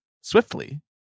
swiftly